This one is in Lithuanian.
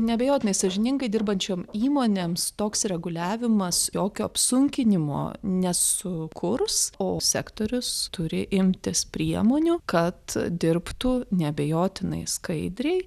neabejotinai sąžiningai dirbančiom įmonėms toks reguliavimas jokio apsunkinimo nesukurs o sektorius turi imtis priemonių kad dirbtų neabejotinai skaidriai